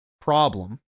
problem